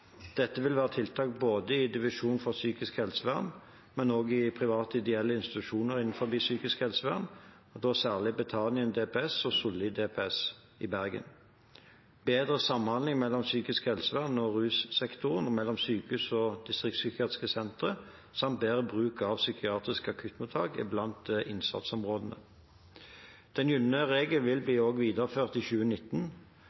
Dette vil være tiltak både i divisjon psykisk helsevern og i private ideelle institusjoner innenfor psykisk helsevern, særlig Betanien DPS og Solli DPS i Bergen. Bedre samhandling mellom psykisk helsevern og russektoren og mellom sykehus og distriktspsykiatriske sentre samt bedre bruk av psykiatriske akuttmottak er blant innsatsområdene. Den gylne regel vil